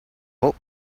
quote